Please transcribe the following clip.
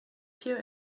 pure